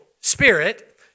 spirit